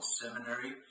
Seminary